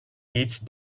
each